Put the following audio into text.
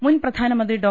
മുൻ പ്രധാനമന്ത്രി ഡോ